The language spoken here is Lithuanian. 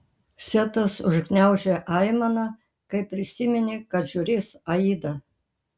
setas užgniaužė aimaną kai prisiminė kad žiūrės aidą